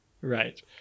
Right